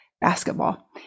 basketball